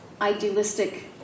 idealistic